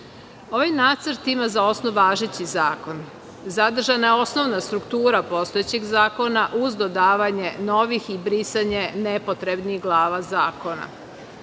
Ovaj nacrt za osnov ima važeći zakon. Zadržana je osnovna struktura postojećeg zakona uz dodavanje novih i brisanje nepotrebnih glava zakona. Ono